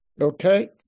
Okay